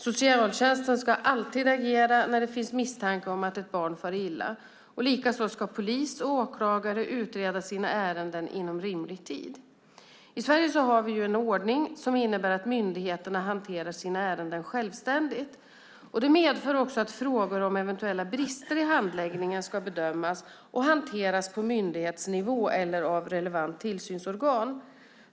Socialtjänsten ska alltid agera när det finns misstanke om att ett barn far illa. Likaså ska polis och åklagare utreda sina ärenden inom rimlig tid. I Sverige har vi en ordning som innebär att myndigheterna hanterar sina ärenden självständigt. Det medför också att frågor om eventuella brister i handläggningen ska bedömas och hanteras på myndighetsnivå eller av relevant tillsynsorgan.